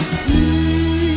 see